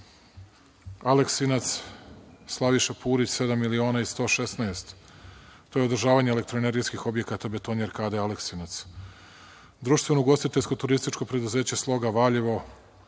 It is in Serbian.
Aleksinac, „Slaviša Purić“ 7 miliona i 116.000, to je održavanje elektroenergetskih objekata, BETONJERKA Aleksinac. Društveno ugostiteljsko turističko preduzeće „Sloga“ Valjevo